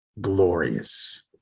glorious